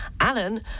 alan